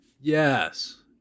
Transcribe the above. Yes